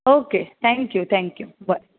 okay thank you थँ बरें